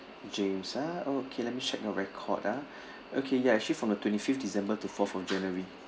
james ah okay let me check your record ah okay ya actually from the twenty-fifth december to fourth of january